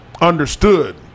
understood